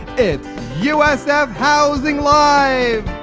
it's usf housing live!